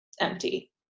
empty